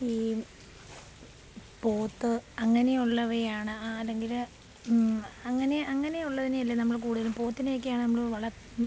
ഈ പോത്ത് അങ്ങനെയുള്ളവയാണ് അല്ലെങ്കില് അങ്ങനെ അങ്ങനെയുള്ളതിനെയല്ലെ നമ്മള് കൂടുതൽ പോത്തിനെയൊക്കെയാണ് നമ്മള് വളർത്ത്